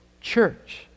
church